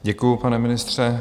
Děkuji, pane ministře.